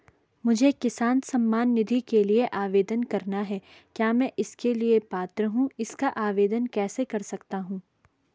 मुझे किसान सम्मान निधि के लिए आवेदन करना है क्या मैं इसके लिए पात्र हूँ इसका आवेदन कैसे कर सकता हूँ?